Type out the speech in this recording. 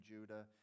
Judah